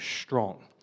strong